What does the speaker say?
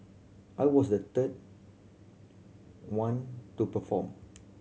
I was the third one to perform